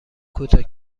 کوتاه